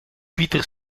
pieter